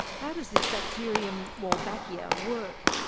how does this bacterium wolbachia work?